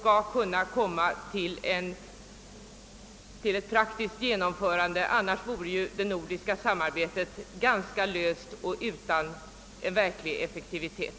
kan komma till praktiskt genomförande, ty annars vore det nordiska samarbetet ganska löst och utan verklig effektivitet.